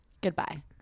goodbye